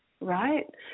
right